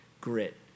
grit